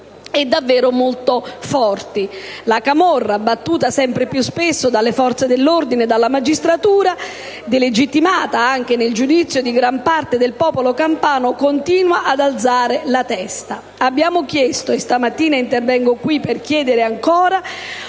e davvero molto forti. La camorra, battuta sempre più spesso dalle forze dell'ordine e dalla magistratura, delegittimata anche nel giudizio di gran parte del popolo campano, continua ad alzare la testa. Abbiamo chiesto - e questa mattina intervengo in quest'Aula